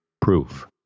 proof